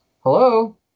Hello